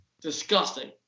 Disgusting